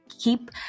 Keep